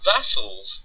Vassals